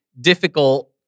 difficult